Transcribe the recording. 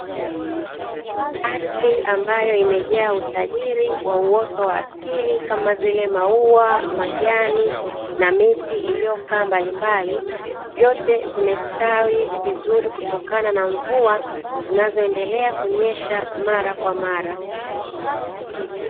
Ardhi ambayo imejaa utajiri wa uoto wa asili kama vile: maua, majani na miti iliyokaa mbalimbali vyote vimestawi vizuri kutokana na mvua zinazoendelea kunyesha mara kwa mara.